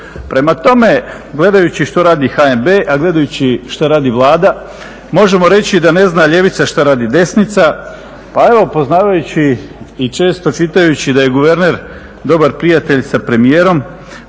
Prema tome gledajući što radi HNB, a gledajući što radi Vlada, možemo reći da ne zna ljevica što radi desnica. Pa evo poznavajući i često čitajući da je guverner dobar prijatelj sa premijerom,